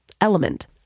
Element